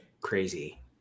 crazy